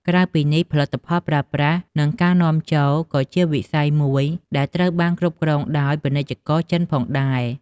ក្រៅពីនេះ ផលិតផលប្រើប្រាស់និងការនាំចូលក៏ជាវិស័យមួយដែលត្រូវបានគ្រប់គ្រងដោយពាណិជ្ជករចិនផងដែរ។